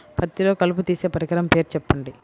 పత్తిలో కలుపు తీసే పరికరము పేరు చెప్పండి